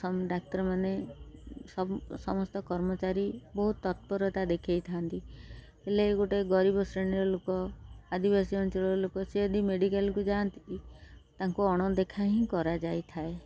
ଡାକ୍ତରମାନେ ସମସ୍ତ କର୍ମଚାରୀ ବହୁତ ତତ୍ପରତା ଦେଖେଇଥାନ୍ତି ହେଲେ ଗୋଟିଏ ଗରିବ ଶ୍ରେଣୀର ଲୋକ ଆଦିବାସୀ ଅଞ୍ଚଳର ଲୋକ ସେ ଯଦି ମେଡ଼ିକାଲକୁ ଯାଆନ୍ତି ତାଙ୍କୁ ଅଣଦେଖା ହିଁ କରାଯାଇଥାଏ